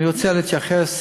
אני רוצה להתייחס,